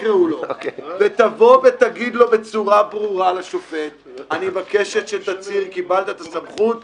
שתקראו לו ותבוא ותגיד לו בצורה ברורה: קיבלת את הסמכות,